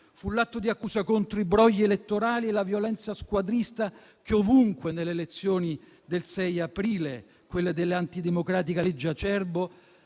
Fu l'atto di accusa contro i brogli elettorali e la violenza squadrista che ovunque, nelle elezioni del 6 aprile (quelle dell'antidemocratica legge Acerbo),